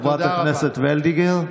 והקדוש ברוך הוא מצילנו מידם".